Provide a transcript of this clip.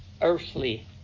earthly